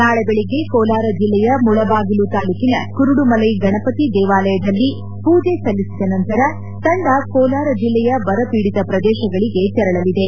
ನಾಳೆ ಬೆಳಗ್ಗೆ ಕೋಲಾರ ಜಿಲ್ಲೆಯ ಮುಳಬಾಗಿಲು ತಾಲೂಕಿನ ಕುರುಡುಮಲೈ ಗಣಪತಿ ದೇವಾಲಯದಲ್ಲಿ ಪೂಜೆಸಲ್ಲಿಸಿದ ನಂತರ ತಂಡ ಕೋಲಾರ ಜಿಲ್ಲೆಯ ಬರ ಪೀಡಿತ ಪ್ರದೇಶಗಳಿಗೆ ತೆರಳಲಿದೆ